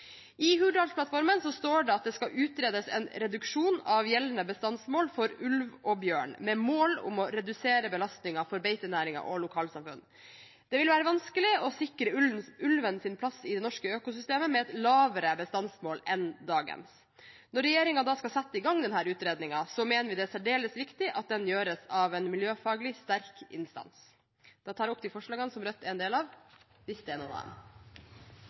I Hurdalsplattformen står det at det skal utredes «en reduksjon av gjeldende bestandsmål for ulv og bjørn, med mål om å redusere belastningen for beitenæringen og lokalsamfunn». Det vil være vanskelig å sikre ulvens plass i det norske økosystemet med et lavere bestandsmål enn dagens. Når regjeringen skal sette i gang denne utredningen, mener vi det er særdeles viktig at den gjøres av en miljøfaglig sterk instans. Denne debatten om rovdyrforvaltning er også litt forunderlig, som disse debattene pleier å være i Stortinget. Fra Venstres side er